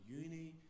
uni